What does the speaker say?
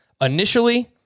initially